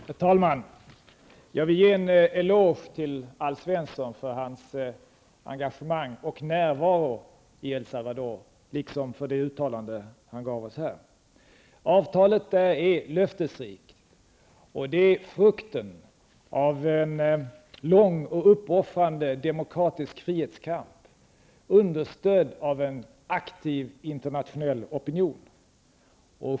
Herr talman! Jag vill ge en eloge till Alf Svensson för hans engagemang och närvaro i El Salvador, liksom för det uttalande han gjorde här. Avtalet är löftesrikt, och det är frukten av en lång och uppoffrande demokratisk frihetskamp, understödd av en aktiv internationell opinion.